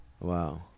Wow